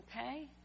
Okay